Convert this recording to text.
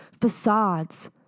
facades